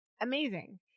amazing